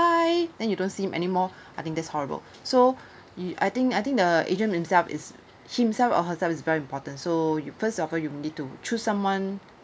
bye then you don't see him anymore I think this horrible so y~ I think I think the agent himself is himself or herself is very important so you first of all you need to choose someone